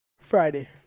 Friday